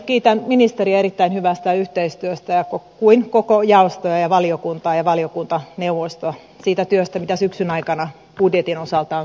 kiitän ministeriä erittäin hyvästä yhteistyöstä ja koko jaostoa ja valiokuntaa ja valiokuntaneuvosta siitä työstä mitä syksyn aikana budjetin osalta on yhdessä tehty